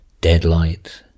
deadlight